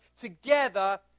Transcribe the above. together